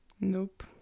Nope